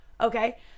okay